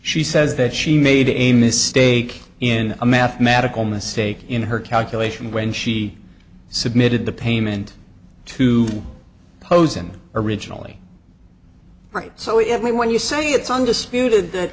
she says that she made a mistake in a mathematical mistake in her calculation when she submitted the payment to posen originally right so if we when you say it's undisputed that